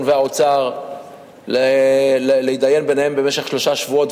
והאוצר להתדיין ביניהם במשך שלושה שבועות.